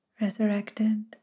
resurrected